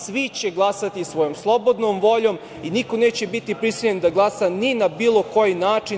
Svi će glasati svojom slobodnom voljom i niko neće biti prisiljen ni na bilo koji način.